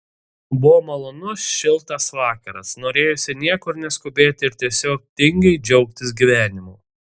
buvo malonus šiltas vakaras norėjosi niekur neskubėti ir tiesiog tingiai džiaugtis gyvenimu